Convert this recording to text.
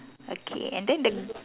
okay and then the